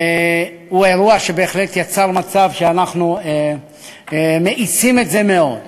הוא האירוע שבהחלט יצר מצב שאנחנו מאיצים את זה מאוד.